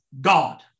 God